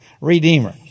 redeemer